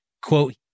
quote